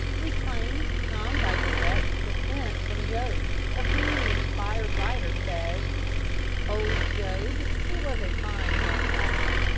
we claim to come by direct descent from job, of whom the inspired writer says old job he was a fine young lad,